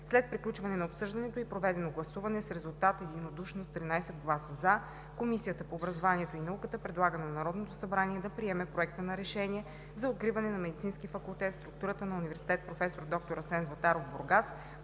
След приключване на обсъждането и проведеното гласуване с единодушен резултат от 13 гласа „за“ Комисията по образованието и науката предлага на Народното събрание да приеме Проект на решение за откриване на Медицински факултет в структурата на Университет „Проф. д-р Асен Златаров“ – Бургас,